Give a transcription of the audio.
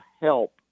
help